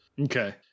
Okay